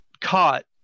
caught